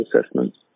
assessments